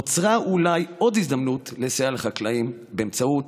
נוצרה אולי עוד הזדמנות לסייע לחקלאים באמצעות